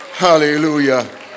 Hallelujah